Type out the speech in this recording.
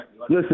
Listen